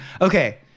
Okay